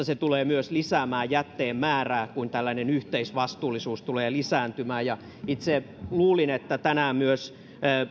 se tulee myös lisäämään jätteen määrää kun tällainen yhteisvastuullisuus tulee lisääntymään itse luulin että tänään myös